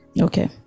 okay